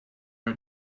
our